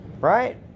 Right